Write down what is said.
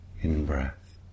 In-breath